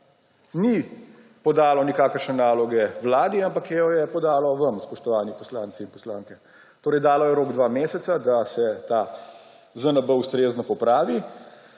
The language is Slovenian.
ni podalo nikakršne naloge Vladi, ampak jo je podalo vam, spoštovani poslanci in poslanke. Torej dalo je rok dva meseca, da se ta ZNB ustrezno popravi.